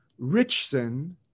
Richson